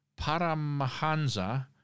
Paramahansa